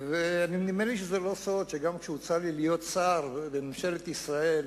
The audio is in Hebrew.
ונדמה לי שזה לא סוד שגם כשהוצע לי להיות שר בממשלת ישראל,